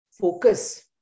focus